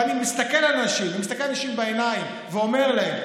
ואני מסתכל על אנשים בעיניים ואומר להם,